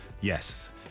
Yes